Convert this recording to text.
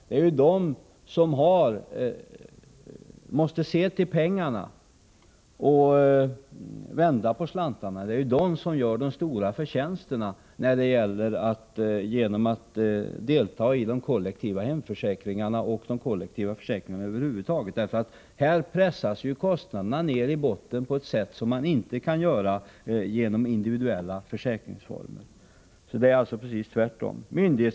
Det är ju just de människor som måste vända på slantarna som gör den stora förtjänsten genom att delta i de kollektiva hemförsäkringarna och de kollektiva försäkringarna över huvud taget. Här pressas kostnaderna ned i botten på ett sätt som man inte kan göra genom individuella försäkringsformer. Det är alltså precis tvärtom, Tage Sundkvist.